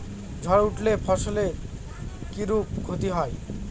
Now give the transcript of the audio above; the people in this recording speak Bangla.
ঝড় উঠলে ফসলের কিরূপ ক্ষতি হয়?